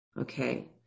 okay